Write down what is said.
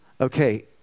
Okay